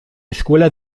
escuela